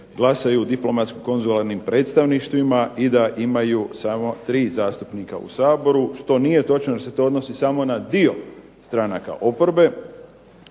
glasaju u diplomatsko-konzularnim predstavništvima i da imaju samo 3 zastupnika u Saboru što nije točno jer se to odnosi samo na dio stranaka oporbe.